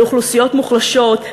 לאוכלוסיות מוחלשות,